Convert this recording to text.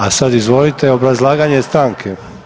A sad izvolite obrazlaganje stanke.